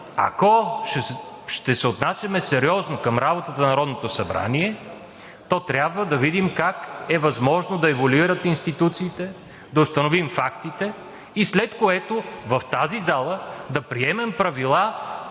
ако ще се отнасяме сериозно към работата на Народното събрание, то трябва да видим как е възможно да еволюират институциите, да установим фактите и след което в тази зала да приемем правила,